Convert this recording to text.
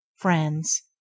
friends